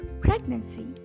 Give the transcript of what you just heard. pregnancy